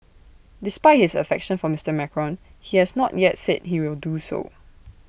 despite his affection for Mister Macron he has not yet said he will do so